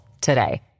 today